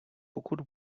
pokud